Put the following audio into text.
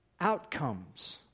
outcomes